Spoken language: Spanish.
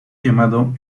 llamado